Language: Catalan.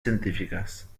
científiques